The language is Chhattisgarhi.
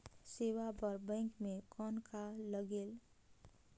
सेवा बर बैंक मे कौन का लगेल?